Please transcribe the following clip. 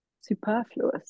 superfluous